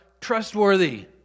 trustworthy